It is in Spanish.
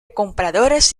compradores